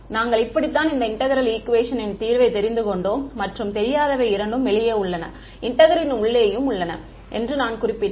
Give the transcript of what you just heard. நாங்கள் இப்படித்தான் இந்த இன்டெக்ரல் ஈக்குவேஷனின் தீர்வை தெரிந்து கொண்டோம் மற்றும் தெரியாதவை இரண்டும் வெளியே உள்ளன இன்டெக்ரலின் உள்ளேயும் உள்ளன என்று நான் குறிப்பிட்டேன்